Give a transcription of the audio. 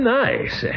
nice